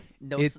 No